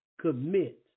commit